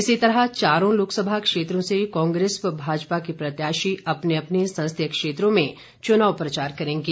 इसी तरह चारों लोकसभा क्षेत्रों से कांग्रेस व भाजपा के प्रत्याशी अपने अपने संसदीय क्षेत्रों में चुनाव प्रचार करेंगे